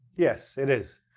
yes, it is.